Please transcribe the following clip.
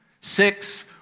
six